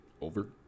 over